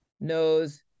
knows